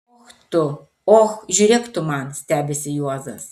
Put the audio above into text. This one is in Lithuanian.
och tu och žiūrėk tu man stebisi juozas